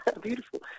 Beautiful